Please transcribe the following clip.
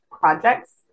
projects